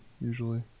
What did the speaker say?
usually